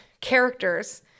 characters